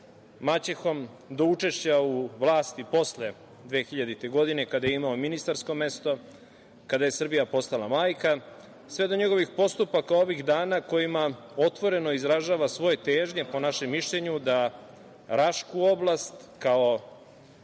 maćehom, do učešća u vlasti posle 2000. godine, kada je imao ministarsko mesto, kada je Srbija postala majka, sve do njegovih postupaka ovih dana kojima otvoreno izražava svoje težnje, po našem mišljenju, da Rašku oblast, deo